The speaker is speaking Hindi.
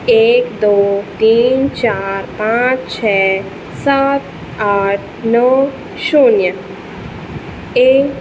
एक दो तीन चार पाँच छः सात आठ नौ शून्य ए